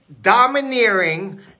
domineering